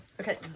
Okay